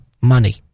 money